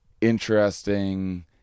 interesting